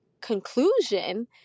conclusion